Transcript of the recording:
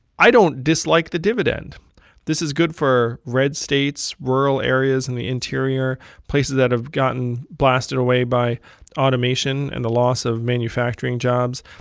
i don't dislike the dividend this is good for red states, rural areas in the interior, places that have gotten blasted away by automation and the loss of manufacturing jobs.